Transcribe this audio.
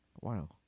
Wow